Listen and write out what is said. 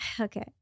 Okay